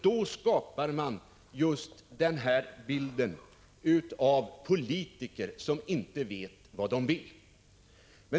Då skapar man nämligen just den här bilden av politiker som inte vet vad de vill.